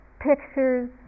pictures